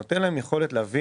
הוא נותן להם יכולת להבין